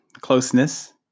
closeness